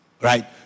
Right